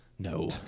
No